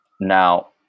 Now